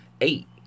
eight